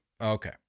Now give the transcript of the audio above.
okay